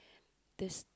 this